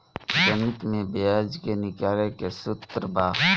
गणित में ब्याज के निकाले के सूत्र बा